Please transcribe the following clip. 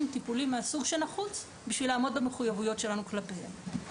הם טיפולים מהסוג שנחוץ בשביל לעמוד במחויבויות שלנו כלפיהם.